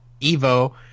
Evo